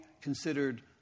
considered